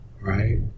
right